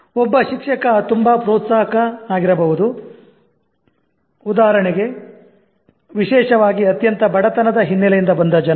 ಒಬ್ಬ ಶಿಕ್ಷಕ ತುಂಬಾ ಪ್ರೋತ್ಸಾಹಕನಾಗಿರಬಹುದು ಉದಾಹರಣೆಗೆ ವಿಶೇಷವಾಗಿ ಅತ್ಯಂತ ಬಡತನದ ಹಿನ್ನೆಲೆಯಿಂದ ಬಂದ ಜನರು